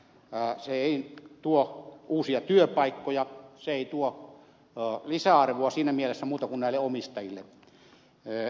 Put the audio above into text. se ei tuo uusia työpaikkoja se ei tuo lisäarvoa siinä mielessä muuta kuin näille omistajille